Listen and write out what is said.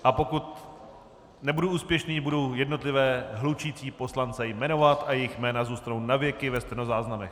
A pokud nebudu úspěšný, budu jednotlivé hlučící poslance jmenovat a jejich jména zůstanou na věky ve stenozáznamech.